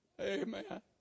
Amen